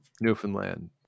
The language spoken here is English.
Newfoundland